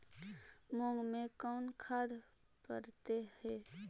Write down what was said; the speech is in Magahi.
मुंग मे कोन खाद पड़तै है?